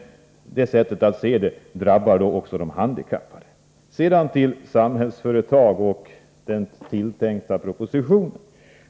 Det sättet att se på frågorna drabbar också de handikappade. Sedan till Samhällsföretag och den tilltänkta propositionen.